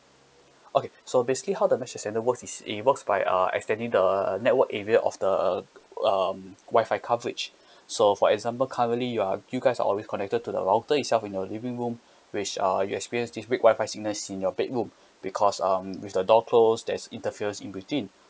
okay so basically how the mesh extender works is it works by uh extending the uh network area of the uh um Wi-Fi coverage so for example currently you are you guys are always connected to the router itself in your living room which uh you experience this weak Wi-Fi signals in your bedroom because um with the door closed there's interferes in between